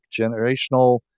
generational